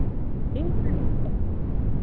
ठीक है ठीक है